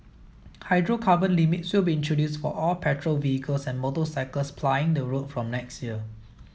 hydrocarbon limits will be introduced for all petrol vehicles and motorcycles plying the road from next year